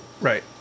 Right